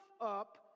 up